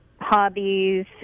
hobbies